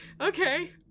Okay